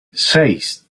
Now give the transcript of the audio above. seis